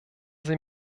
sie